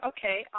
Okay